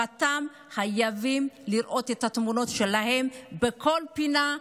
חייבים לראות את התמונות של ארבעתם בכל פינה,